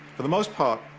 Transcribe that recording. for the most part,